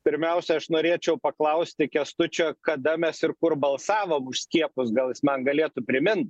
pirmiausia aš norėčiau paklausti kęstučio kada mes ir kur balsavom už skiepus gal jis man galėtų primin